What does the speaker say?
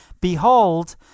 Behold